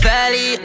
Valley